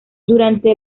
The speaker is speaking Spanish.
durante